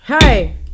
hey